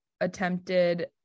attempted